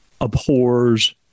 abhors